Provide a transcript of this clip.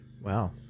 Wow